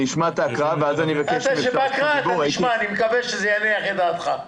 אתה תשמע, ואני מקווה שזה יניח את דעתך.